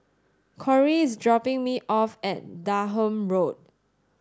Corie is dropping me off at Durham Road